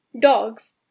dogs